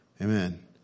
Amen